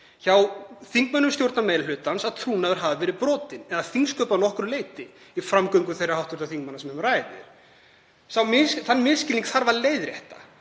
hjá þingmönnum stjórnarmeirihlutans að trúnaður hafi verið brotinn, eða þingsköp að nokkru leyti, í framgöngu þeirra hv. þingmanna sem um ræðir. Þann misskilning þarf að leiðrétta.